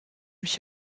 mich